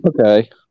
Okay